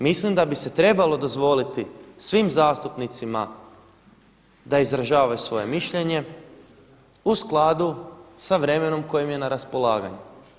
Mislim da bi se trebalo dozvoliti svim zastupnicima da izražavaju svoje mišljenje u skladu sa vremenom koje im je na raspolaganju.